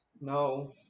No